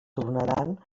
tornaran